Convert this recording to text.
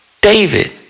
David